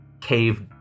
cave